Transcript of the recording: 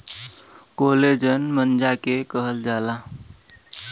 collagen मज्जा के कहल जाला